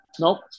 Nope